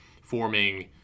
forming